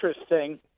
interesting